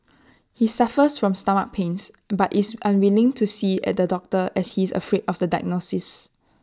he suffers from stomach pains but is unwilling to see the doctor as he is afraid of the diagnosis